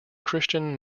christian